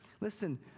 Listen